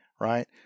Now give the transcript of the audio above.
Right